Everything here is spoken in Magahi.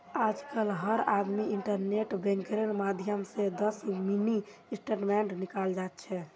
आजकल हर आदमी इन्टरनेट बैंकिंगेर माध्यम स दस मिनी स्टेटमेंट निकाल जा छ